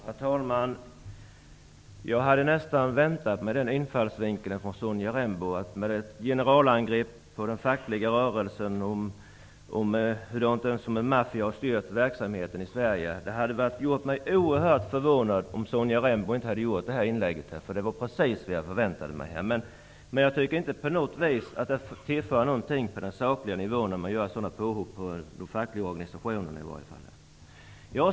Herr talman! Jag hade nästan väntat mig denna infallsvinkel från Sonja Rembo. Hon gör ett generalangrepp på den fackliga rörelsen och säger att den som en maffia har styrt verksamheten i Sverige. Det hade gjort mig oerhört förvånad om Sonja Rembo inte hade gjort detta inlägg. Det var precis det jag förväntade mig. Jag tycker inte att det tillför någonting till en saklig debatt att göra sådana påhopp på de fackliga organisationerna.